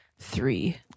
three